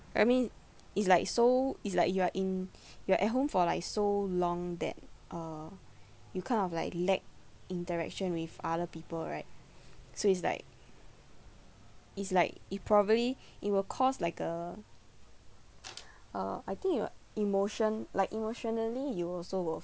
I mean it's like so it's like you are in you are at home for like so long that uh you kind of like lack interaction with other people right so it's like it's like it probably it will cause like a uh I think your emotion like emotionally you also will